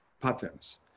patterns